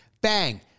Bang